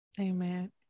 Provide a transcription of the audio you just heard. amen